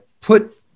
put